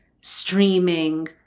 streaming